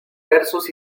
versos